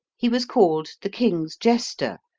he was called the king's jester,